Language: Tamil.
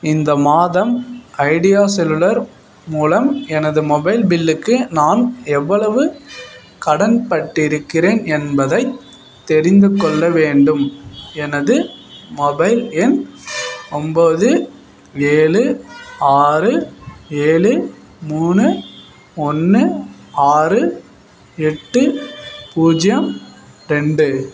இந்த மாதம் ஐடியா செல்லுலர் மூலம் எனது மொபைல் பில்லுக்கு நான் எவ்வளவு கடன்பட்டு இருக்கிறேன் என்பதை தெரிந்துக்கொள்ள வேண்டும் எனது மொபைல் எண் ஒம்பது ஏழு ஆறு ஏழு மூணு ஒன்று ஆறு எட்டு பூஜ்ஜியம் ரெண்டு